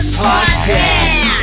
podcast